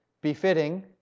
befitting